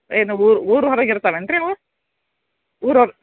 ಏನು ಊರ ಊರ ಹೊರಗೆ ಇರ್ತಾವೆ ಏನು ರೀ ಅವು ಊರಹೊರ